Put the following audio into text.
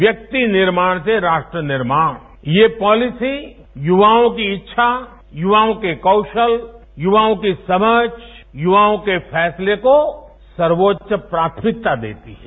व्यक्ति निर्माण से राष्ट्र निर्माण ये पॉलिसी युवाओं की इच्छा यवाओं के कौशल युवाओं की समझ युवाओं के फैसले को सर्वोच्च प्राथमिकता देती है